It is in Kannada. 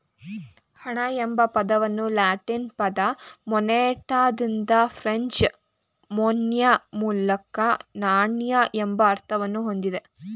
ಹಣ ಎಂಬ ಪದವು ಲ್ಯಾಟಿನ್ ಪದ ಮೊನೆಟಾದಿಂದ ಫ್ರೆಂಚ್ ಮೊನ್ಯೆ ಮೂಲಕ ನಾಣ್ಯ ಎಂಬ ಅರ್ಥವನ್ನ ಹೊಂದಿದೆ